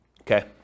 Okay